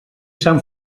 sant